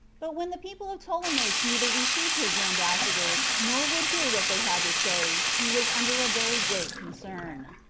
but when the people of ptolemais neither received his ambassadors, nor would hear what they had to say, he was under a very great concern.